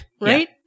right